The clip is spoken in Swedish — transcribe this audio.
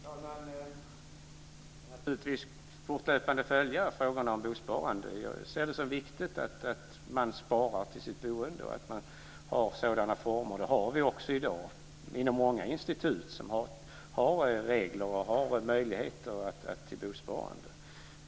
Fru talman! Vi ska naturligtvis fortlöpande följa frågan om bosparandet. Jag ser det som viktigt att man sparar till sitt boende och att det finns former för detta. Det finns också i dag inom många institut regler om och möjligheter till bosparande.